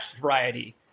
variety